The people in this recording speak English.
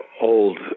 old